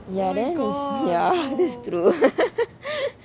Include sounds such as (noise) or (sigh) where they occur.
ya that is ya that's true (laughs)